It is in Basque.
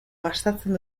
gastatzen